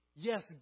Yes